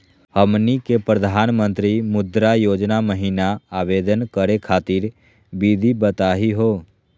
हमनी के प्रधानमंत्री मुद्रा योजना महिना आवेदन करे खातीर विधि बताही हो?